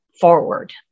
forward